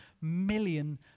million